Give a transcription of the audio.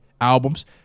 albums